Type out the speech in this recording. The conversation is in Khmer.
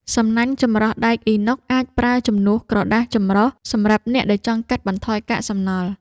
សំណាញ់ចម្រោះដែកអ៊ីណុក អាចប្រើជំនួសក្រដាសចម្រោះសម្រាប់អ្នកដែលចង់កាត់បន្ថយកាកសំណល់។